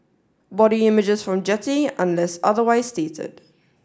body images from Getty unless otherwise stated